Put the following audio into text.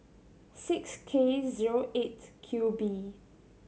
six K zero Eight Q B